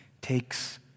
takes